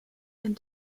and